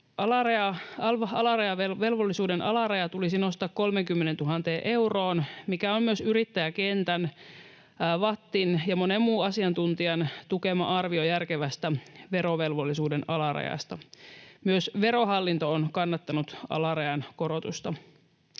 Alv-velvollisuuden alaraja tulisi nostaa 30 000 euroon, mikä on myös yrittäjäkentän, VATTin ja monen muun asiantuntijan tukema arvio järkevästä verovelvollisuuden alarajasta. Myös Verohallinto on kannattanut alarajan korotusta.